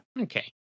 Okay